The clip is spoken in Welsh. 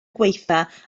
gwaethaf